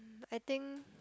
I think